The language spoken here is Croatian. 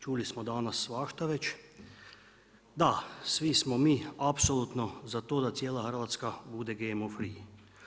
Čuli smo danas svašta već, da svi smo mi apsolutno za to da cijela Hrvatska bude GMO free.